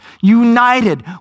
united